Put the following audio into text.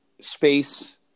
space